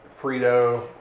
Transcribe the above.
Frito